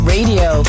Radio